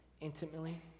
intimately